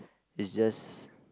it just